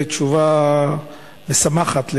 תשובה משמחת,